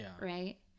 right